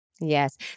Yes